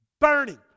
Burning